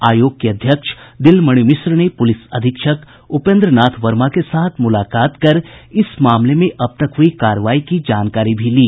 आयोग की अध्यक्ष दिलमणि मिश्र ने पुलिस अधीक्षक उपेन्द्र नाथ वर्मा के साथ मुलाकात कर इस मामले में अब तक हुई कार्रवाई की जानकारी भी ली